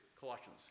Colossians